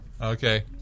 Okay